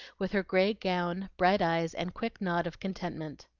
with her gray gown, bright eyes, and quick nod of contentment.